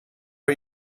are